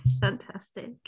fantastic